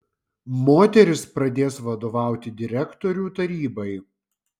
moteris pradės vadovauti direktorių tarybai